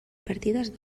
partides